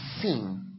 seen